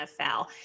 NFL